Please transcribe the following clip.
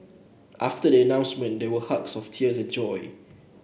after the announcement there were hugs of tears of joy